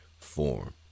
form